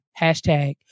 hashtag